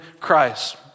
Christ